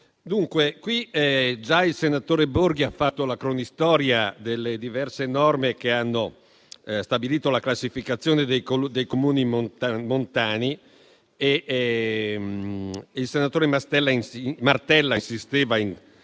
Presidente, già il senatore Enrico Borghi ha fatto la cronistoria delle diverse norme che hanno stabilito la classificazione dei Comuni montani e il senatore Martella insisteva in